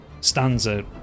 Stanza